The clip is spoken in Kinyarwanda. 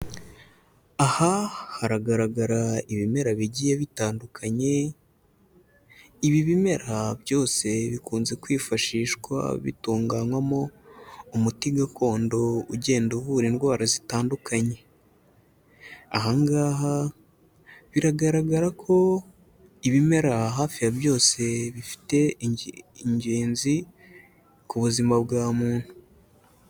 Aha haragaragara ibimera bigiye bitandukanye, ibi bimera byose bikunze kwifashishwa bitunganywamo umuti gakondo ugenda uvura indwara zitandukanye. Aha ngaha, biragaragara ko ibimera hafi ya byose bifite ingenzi ku buzima bwa muntu.